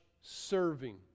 serving